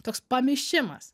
toks pamišimas